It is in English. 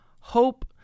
hope